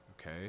okay